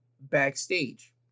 backstage